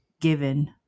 given